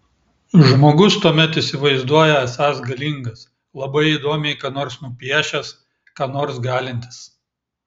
žmogus tuomet įsivaizduoja esąs galingas labai įdomiai ką nors nupiešęs ką nors galintis